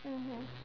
mmhmm